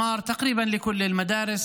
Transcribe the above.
הרס של כמעט כל בתי הספר,